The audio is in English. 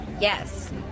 Yes